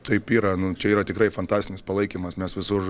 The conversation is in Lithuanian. taip yra nu čia yra tikrai fantastinis palaikymas mes visur